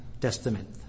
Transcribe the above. testament